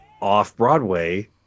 off-Broadway